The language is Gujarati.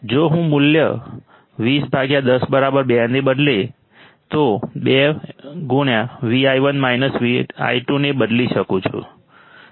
જો હું મૂલ્ય 20 10 2 ને બદલે તો 2 ને બદલી શકું છું